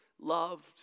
loved